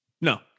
no